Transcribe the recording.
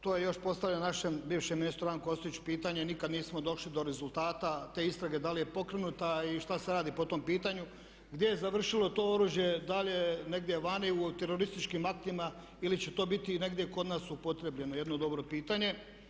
To je još postavljeno našem bivšem ministru Ranku Ostojiću pitanje, nikad nismo došli do rezultata te istrage, da li je pokrenuta i šta se radi po tom pitanju, gdje je završilo to oružje, da li je negdje vani u terorističkim aktima ili će to biti negdje kod nas upotrijebljeno jedno dobro pitanje.